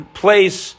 place